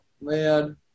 man